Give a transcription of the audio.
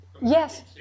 Yes